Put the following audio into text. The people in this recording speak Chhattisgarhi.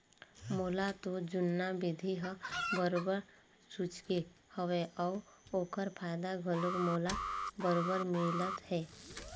मोला तो जुन्ना बिधि ह बरोबर रुचगे हवय अउ ओखर फायदा घलोक मोला बरोबर मिलत हे